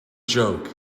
joke